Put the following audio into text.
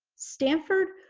stanford